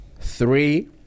three